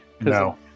No